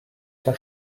der